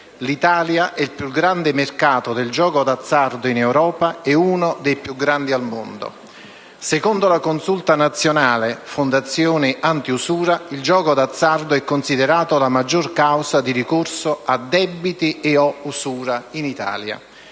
l'Italia è il più grande mercato del gioco d'azzardo in Europa e uno dei più grandi al mondo. Secondo la Consulta nazionale antiusura e le fondazioni antiusura, il gioco d'azzardo è considerato la maggior causa di ricorso a debiti e/o di usura in Italia.